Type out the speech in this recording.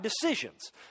decisions